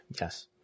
yes